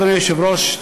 אדוני היושב-ראש,